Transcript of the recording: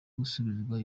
gusubizwa